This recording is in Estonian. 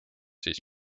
siis